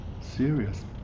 serious